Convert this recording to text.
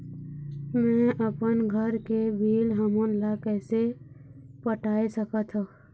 मैं अपन घर के बिल हमन ला कैसे पटाए सकत हो?